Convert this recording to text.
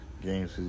games